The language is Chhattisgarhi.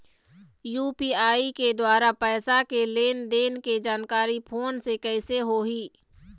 यू.पी.आई के द्वारा पैसा के लेन देन के जानकारी फोन से कइसे होही?